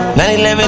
911